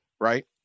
right